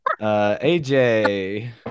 AJ